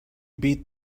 beat